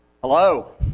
Hello